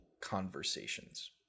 conversations